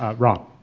rob.